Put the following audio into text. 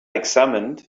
examined